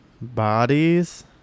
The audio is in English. bodies